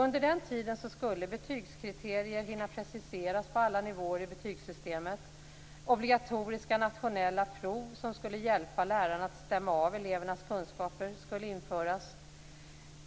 Under den tiden skulle betygskriterier hinna preciseras på alla nivåer i betygssystemet. Obligatoriska nationella prov som skulle hjälpa lärarna att stämma av elevernas kunskaper skulle införas.